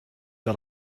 dat